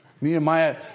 Nehemiah